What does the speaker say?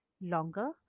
longer